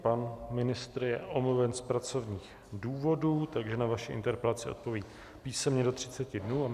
Pan ministr je omluven z pracovních důvodů, takže na vaši interpelaci odpoví písemně do třiceti dnů.